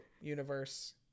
universe